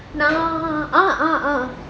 na~ ah ah ah ah